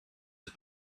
his